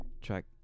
track